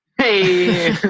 Hey